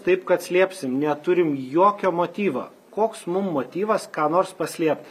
taip kad slėpsim neturim jokio motyvo koks mum motyvas ką nors paslėpt